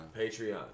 Patreon